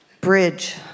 bridge